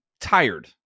tired